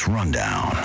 Rundown